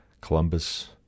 Columbus